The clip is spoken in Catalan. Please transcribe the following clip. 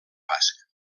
basc